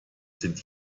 sind